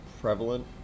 prevalent